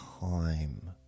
time